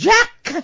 Jack